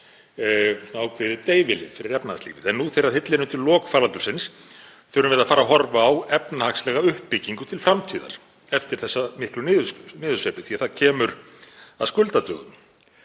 ákveðið deyfilyf fyrir efnahagslífið. En nú þegar hillir undir lok faraldursins þurfum við að fara að horfa á efnahagslega uppbyggingu til framtíðar eftir þessa miklu niðursveiflu því að það kemur að skuldadögum.